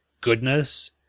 goodness